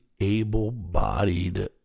able-bodied